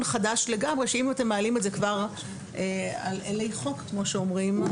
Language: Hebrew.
חדש לגמרי שאם אתם מעלים את זה כבר על אלי החוק כמו שאומרים,